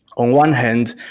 on one hand,